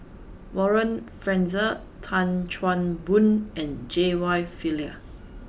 Warren Fernandez Tan Chan Boon and J Y Pillay